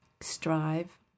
strive